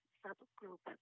subgroup